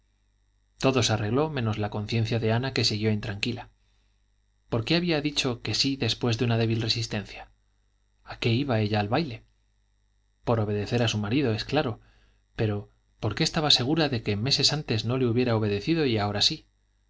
todo se arregló menos la conciencia de ana que siguió intranquila por qué había dicho que sí después de una débil resistencia a qué iba ella al baile por obedecer a su marido es claro pero por qué estaba segura de que meses antes no le hubiera obedecido y ahora sí